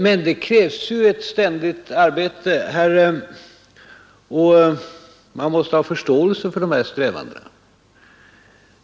Men det krävs ju ett ständigt arbete här, och man måste ha förståelse för dessa strävanden.